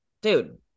dude